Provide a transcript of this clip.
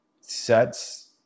sets